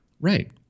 Right